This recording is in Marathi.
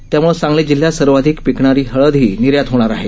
त्यामुळे सांगली जिल्ह्यात सर्वाधिक पिकणारी हळदही निर्यात होणार आहे